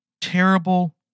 terrible